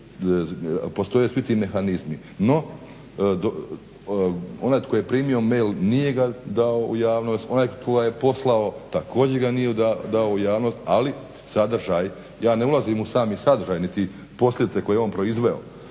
Postoje svi ti mehanizmi. No, onaj tko je primio mail nije ga dao u javnost, onaj tko ga je poslao također ga nije dao u javnost ali sadržaj, ja ne ulazim u sami sadržaj niti posljedice koje je on proizveo